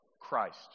Christ